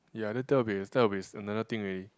ya then that will be that will be another thing already